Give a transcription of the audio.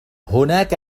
هناك